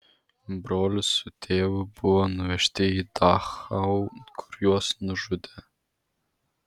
brolis su tėvu buvo nuvežti į dachau kur juos nužudė